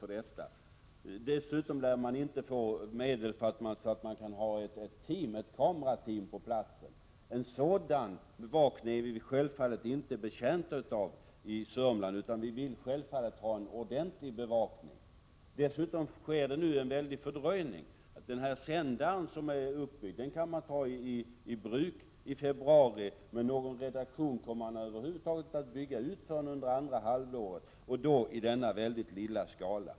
Man lär dessutom inte få tillräckliga medel för att kunna ha ett kamerateam på platsen. En sådan bevakning är vi naturligtvis inte betjänta av i Söderman: land — vi vill självfallet ha en ordentlig bevakning. Dessutom blir det en fördröjning. Den sändare som är uppbyggd kan tas i bruk i februari, men någon redaktion kommer över huvud taget inte att byggas ut förrän under andra halvåret i år och då i denna ytterst lilla skala.